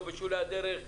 לא בשולי הדרך.